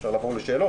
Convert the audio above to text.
אפשר לעבור לשאלות,